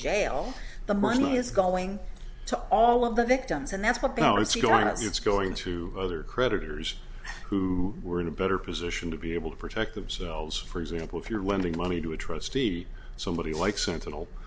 jail the money is going to all of the victims and that's what powers you don't it's going to the other creditors who were in a better position to be able to protect themselves for example if you're lending money to a trustee so lady like sentinel